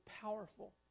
powerful